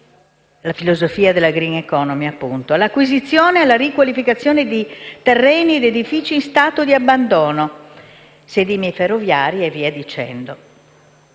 (la filosofia della *green economy*, appunto), dell'acquisizione e riqualificazione di terreni ed edifici in stato di abbandono, sedimi ferroviari e via dicendo.